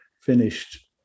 finished